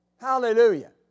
Hallelujah